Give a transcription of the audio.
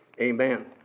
Amen